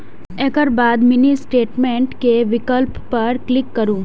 एकर बाद mini statement के विकल्प पर क्लिक करू